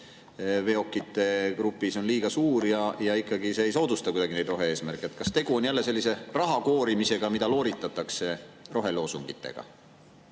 veokite grupis on liiga suur ja ikkagi see ei soodusta kuidagi neid rohe-eesmärke. Kas tegu on jälle sellise raha koorimisega, mida looritatakse roheloosungitega?